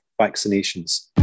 vaccinations